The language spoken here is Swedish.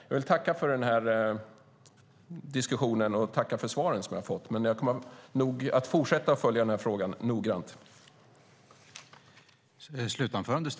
Jag tackar för svaren och diskussionen och kommer att fortsätta följa denna fråga noggrant.